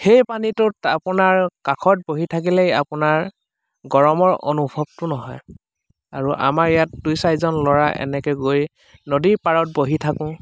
সেই পানীটোত আপোনাৰ কাষত বহি থাকিলেই আপোনাৰ গৰমৰ অনুভৱটো নহয় আৰু আমাৰ ইয়াত দুই চাৰিজন ল'ৰা এনেকৈ গৈ নদীৰ পাৰত বহি থাকোঁ